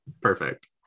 Perfect